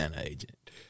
agent